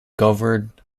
governed